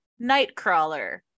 Nightcrawler